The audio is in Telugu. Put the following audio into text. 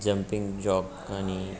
జంపింగ్ జాబ్ కానీ